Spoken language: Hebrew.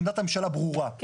עמדת הממשלה ברורה,